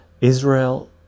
Israel